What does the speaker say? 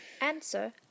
Answer